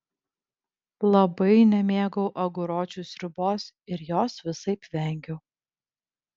labai nemėgau aguročių sriubos ir jos visaip vengiau